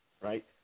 right